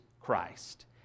Christ